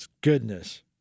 Goodness